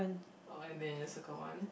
oh and then you circle one